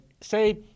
say